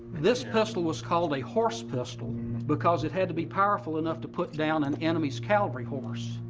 this pistol was called a horse pistol because it had to be powerful enough to put down an enemy's cavalry horse.